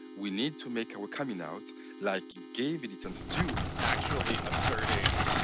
we need to make our coming out like gay militants do actually asserting,